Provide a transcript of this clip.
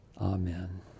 Amen